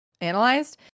analyzed